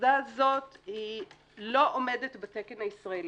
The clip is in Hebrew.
הקסדה הזאת לא עומדת בתקן הישראלי,